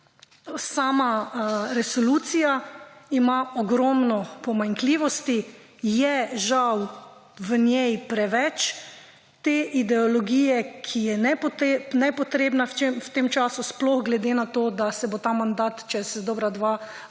sama resolucija ima ogromno pomanjkljivosti. V njej je, žal, preveč ideologije, ki je nepotrebna v tem času, sploh glede na to, da se bo ta mandat čez dobra dva